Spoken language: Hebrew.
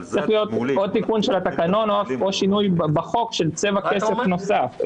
צריך פה להיות או תיקון של התקנון או שינוי בחוק של צבע כסף נוסף.